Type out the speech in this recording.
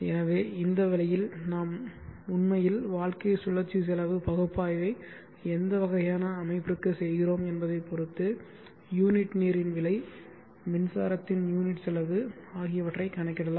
எனவே இந்த வழியில் நாம் உண்மையில் வாழ்க்கை சுழற்சி செலவு பகுப்பாய்வை எந்த வகையான அமைப்பிற்கு செய்கிறோம் என்பதைப் பொறுத்து யூனிட் நீரின் விலை மின்சாரத்தின் யூனிட் செலவு ஆகியவற்றைக் கணக்கிடலாம்